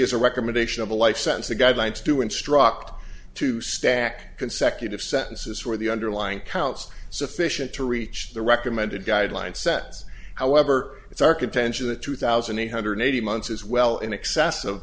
is a recommendation of a life sentence the guidelines to instruct to stack consecutive sentences for the underlying counts sufficient to reach the recommended guideline sets however it's our contention that two thousand eight hundred eighty months is well in excess of